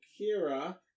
Kira